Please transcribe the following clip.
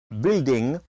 building